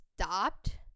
stopped